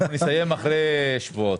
אנחנו נסיים אחרי שבועות.